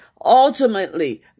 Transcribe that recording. ultimately